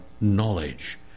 knowledge